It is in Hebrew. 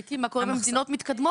תבדקי מה קורה במדינות מתקדמות.